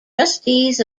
trustees